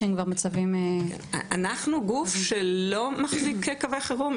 אנחנו גוף שלא מחזיק קווי חירום,